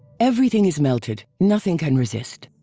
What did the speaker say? everything is melted, nothing can resist.